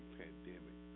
pandemic